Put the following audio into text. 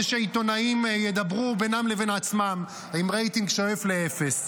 שהעיתונאים ידברו בינם לבין עצמם עם רייטינג שואף לאפס.